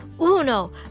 Uno